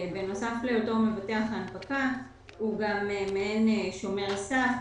בנוסף להיותו מבטח ההנפקה הוא גם מעין שומר סף.